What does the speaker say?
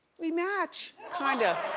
we match kinda.